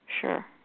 Sure